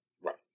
Right